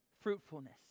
fruitfulness